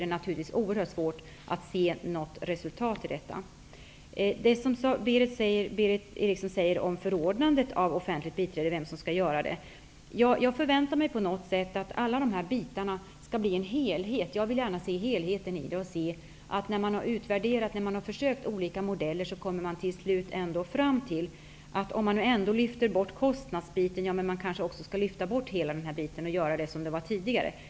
Beträffande det som Berith Eriksson sade om vem som skall förordna om offentligt biträde, vill jag säga att jag förväntar mig att alla dessa bitar skall bli en helhet. Jag vill gärna se helheten i det och se att man, när man har utvärderat och försökt med olika modeller, till slut kommer fram till att om man ändå lyfter bort kostnadsdelen kanske man också skall lyfta bort hela denna del och göra som tidigare.